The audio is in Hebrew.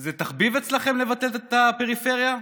זה תחביב אצלכם לבטל את הפריפריה?